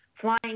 flying